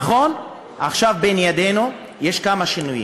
נכון, עכשיו בין ידינו יש כמה שינויים.